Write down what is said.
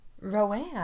Rowan